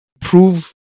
prove